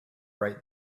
right